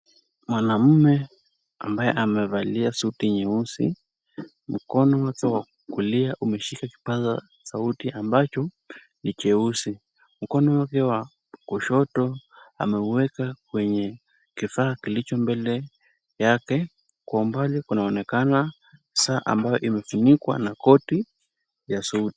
Mwanaume ambaye amevalia suti nyeusi mkono wake wa kulia umeshika kipaza sauti ambacho ni cheusi. Mkono wake wa kushoto ameuweka kwenye kifaa kilicho mbele yake, kwa umbali kunaonekana saa ambayo imefunikwa na koti ya suti.